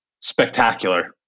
spectacular